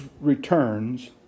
returns